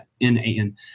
N-A-N